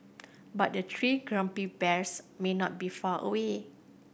but the three grumpy bears may not be far away